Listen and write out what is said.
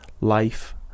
life